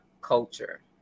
culture